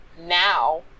now